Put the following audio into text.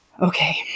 okay